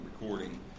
recording